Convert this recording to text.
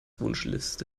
wunschliste